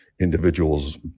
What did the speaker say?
individuals